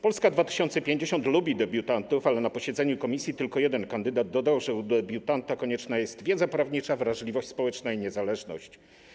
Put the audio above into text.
Polska 2050 lubi debiutantów, ale na posiedzeniu komisji tylko jeden kandydat dodał, że w przypadku debiutanta konieczna jest wiedza prawnicza, wrażliwość społeczna i niezależność.